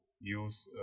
use